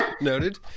Noted